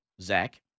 Zach